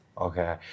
Okay